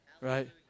right